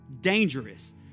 Dangerous